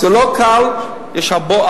זה לא קל, יש המון